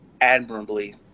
admirably